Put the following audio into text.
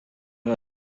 her